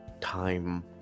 time